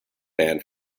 banned